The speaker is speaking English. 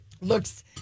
Looks